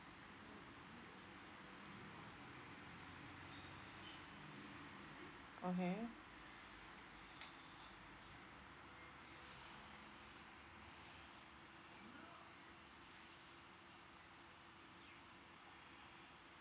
okay